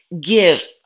give